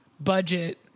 budget